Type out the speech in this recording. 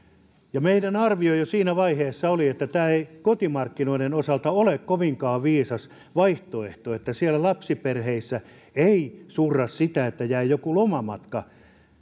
meidän arviomme jo siinä vaiheessa oli että tämä ei kotimarkkinoiden osalta ole kovinkaan viisas vaihtoehto ja että siellä lapsiperheissä ei surra sitä että jää joku lomamatka